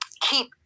keep